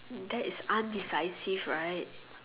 that is undecisive right